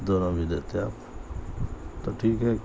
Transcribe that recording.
دونوں بھی دیتے ہیں آپ تو ٹھیک ہے